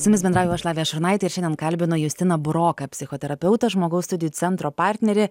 su jumis bendrauju aš lavija šurnaitė ir šiandien kalbinu justina buroką psichoterapeutą žmogaus studijų centro partnerį